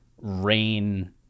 rain